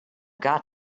got